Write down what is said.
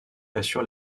assure